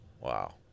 Wow